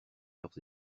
leurs